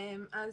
בבקשה.